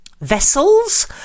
vessels